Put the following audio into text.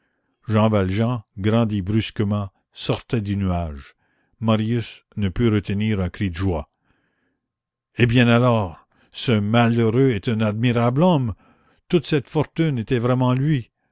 jean valjean grandi brusquement sortait du nuage marius ne put retenir un cri de joie eh bien alors ce malheureux est un admirable homme toute cette fortune était vraiment à lui